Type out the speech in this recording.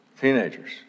Teenagers